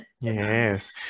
Yes